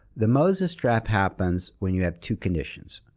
the moses trap happens when you have two conditions.